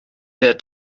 der